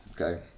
Okay